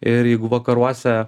ir jeigu vakaruose